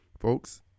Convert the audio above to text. folks